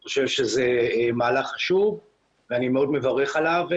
אני חושב שזה מהלך חשוב ואני מאוד מברך עליו.